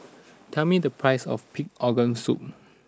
tell me the price of Pig Organ Soup